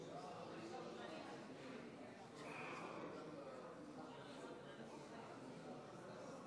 אני קובע שהחלטת הממשלה, בהתאם לסעיף